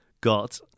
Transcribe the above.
got